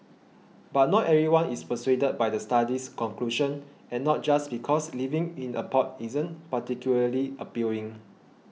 but not everyone is persuaded by the study's conclusion and not just because living in a pod isn't particularly appealing